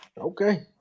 Okay